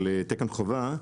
תקן חובה,